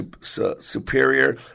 superior